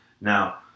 Now